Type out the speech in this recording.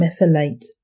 methylate